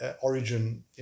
origin